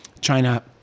China